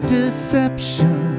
deception